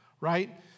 right